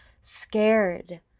scared